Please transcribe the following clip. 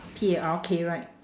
P A R K right